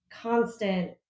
constant